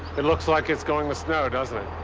it looks like it's going to snow, doesn't it?